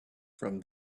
from